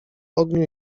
ogniu